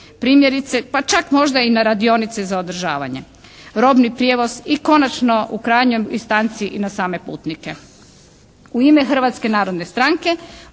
Primjerice pa čak možda i na radionice za održavanje. Robni prijevoz i konačno u krajnjoj instanci i na same putnike. U ime Hrvatske narodne stranke